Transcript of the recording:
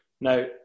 Now